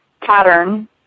pattern